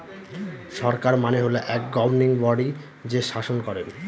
সরকার মানে হল এক গভর্নিং বডি যে শাসন করেন